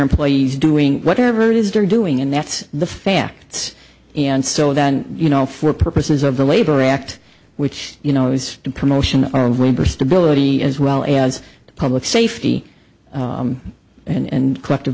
employees doing whatever it is they're doing and that's the facts and so that you know for purposes of the labor act which you know is the promotion of rubber stability as well as public safety and collective